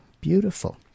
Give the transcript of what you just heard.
beautiful